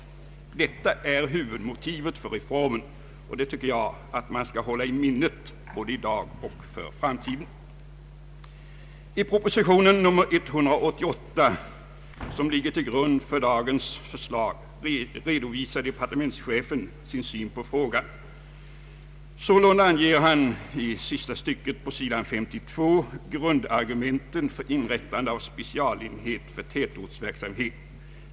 Detta är huvudmotivet för reformen, och det tycker jag, att man skall hålla i minnet både i dag och för framtiden. I proposition nr 188 som ligger till grund för dagens förslag, redovisar departementschefen sin syn på frågan, Sålunda anger han i sista stycket på sidan 52 grundargumenten för inrättande av specialenhet för tätortsverksamhet.